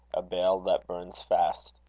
a bale that burns fast.